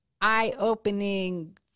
eye-opening